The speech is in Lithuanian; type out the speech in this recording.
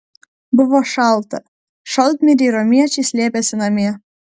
buvo šalta šaltmiriai romiečiai slėpėsi namie